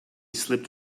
slipped